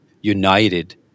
united